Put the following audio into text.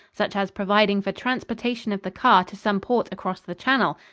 such as providing for transportation of the car to some port across the channel,